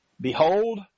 behold